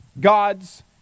God's